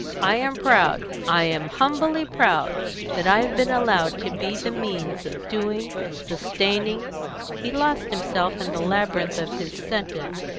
i am proud i am humbly proud that i have been allowed to be the means of doing sustaining he lost himself in the labyrinths of his sentence,